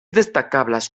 destacables